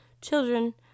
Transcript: Children